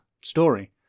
story